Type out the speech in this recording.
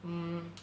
mm